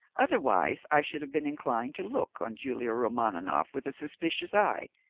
otherwise i should have been inclined to look on julia romaninov with a suspicious eye,